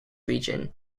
region